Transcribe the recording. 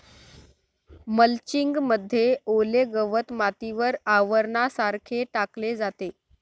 mulching मध्ये ओले गवत मातीवर आवरणासारखे टाकले जाते